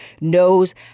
knows